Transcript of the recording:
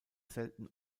selten